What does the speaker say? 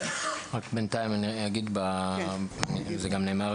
-- בינתיים אני אגיד וזה נאמר,